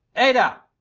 ada!